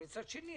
מצד שני,